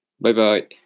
Bye-bye